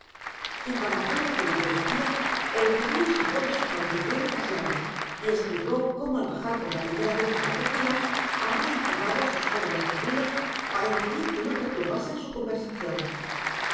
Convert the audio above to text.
y para prueba de lo que decia el judio sacó de su faltriquera las llaves y esplicó como al bajar por la primera vez á la cocina habia encerrado ásus jovenes pupilos para impedir que no perturbasen su conversacion